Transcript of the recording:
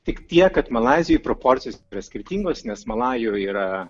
tik tiek kad malaizijoj proporcijos skirtingos nes malajų yra